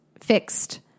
fixed